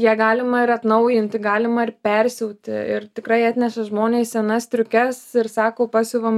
ją galima ir atnaujinti galima ir persiūti ir tikrai atneša žmonės senas striukes ir sako pasiuvam